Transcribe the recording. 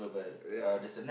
yeah